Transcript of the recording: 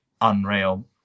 unreal